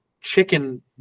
chicken